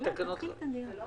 תתחיל ואני אגיד בהמשך.